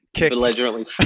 allegedly